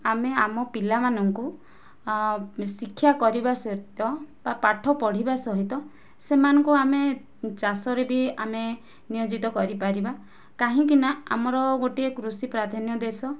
ଆମେ ଆମ ପିଲାମାନଙ୍କୁ ଶିକ୍ଷା କରିବା ସହିତ ବା ପାଠ ପଢ଼ିବା ସହିତ ସେମାନଙ୍କୁ ଆମେ ଚାଷରେ ବି ଆମେ ନିୟୋଜିତ କରିପାରିବା କାହିଁକିନା ଆମର ଗୋଟିଏ କୃଷି ପ୍ରାଧାନ୍ୟ ଦେଶ